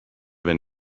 wenn